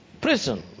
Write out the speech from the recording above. prison